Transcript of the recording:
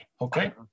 Okay